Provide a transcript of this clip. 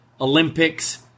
Olympics